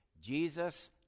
Jesus